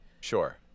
Sure